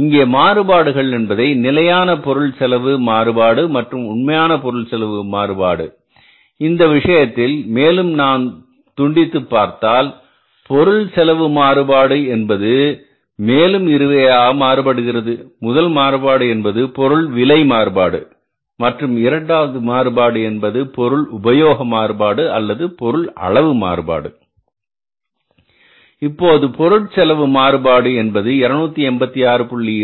இங்கே மாறுபாடுகள் என்பதை நிலையான பொருள் செலவு மாறுபாடு மற்றும் உண்மையான பொருள் செலவு மாறுபாடு இந்த விஷயத்தில் மேலும் நாம் துண்டித்து பார்த்தால் பொருள் செலவு மாறுபாடு என்பது மேலும் இரு வகையாக மாறுபடுகிறது முதல் மாறுபாடு என்பது பொருள் விலை மாறுபாடு மற்றும் இரண்டாவது மாறுபாடு என்பது பொருள் உபயோக மாறுபாடு அல்லது பொருள் அளவு மாறுபாடு இப்போது பொருட்செலவு மாறுபாடு என்பது 286